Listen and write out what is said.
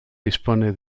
dispone